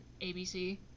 ABC